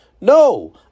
No